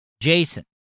Jason